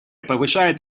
повышают